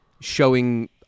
showing